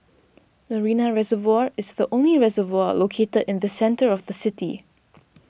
Marina Reservoir is the only reservoir located in the centre of the city